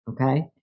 Okay